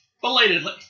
belatedly